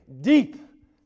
deep